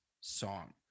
song